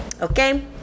okay